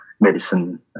medicine